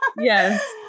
Yes